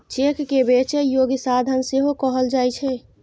cheque कें बेचै योग्य साधन सेहो कहल जाइ छै